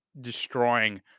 destroying